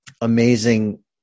amazing